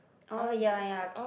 oh ya ya kids